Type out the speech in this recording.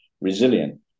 resilient